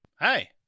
Hi